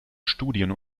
studien